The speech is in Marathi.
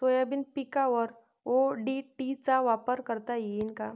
सोयाबीन पिकावर ओ.डी.टी चा वापर करता येईन का?